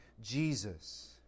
Jesus